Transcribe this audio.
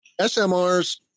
SMRs